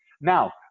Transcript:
Now